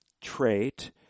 trait